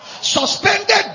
Suspended